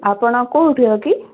ଆପଣ କେଉଁଠିର କି